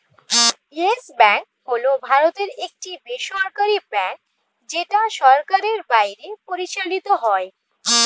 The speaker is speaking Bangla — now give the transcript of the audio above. ইয়েস ব্যাঙ্ক হল ভারতের একটি বেসরকারী ব্যাঙ্ক যেটা সরকারের বাইরে পরিচালিত হয়